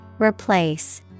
Replace